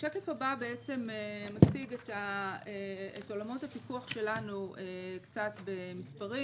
השקף הבא מציג את עולמות הפיקוח שלנו קצת במספרים.